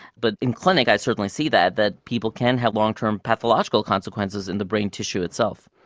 but in clinic i certainly see that, that people can have long-term pathological consequences in the brain tissue itself.